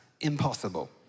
impossible